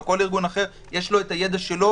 או כל ארגון אחר יש לו את הידע שלו.